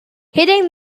hitting